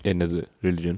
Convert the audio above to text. என்னது:ennathu lah religion